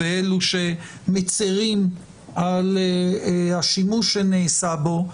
ואלה שמצרים על השימוש שנעשה בו,